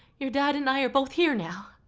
your dad and i are both here now.